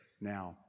now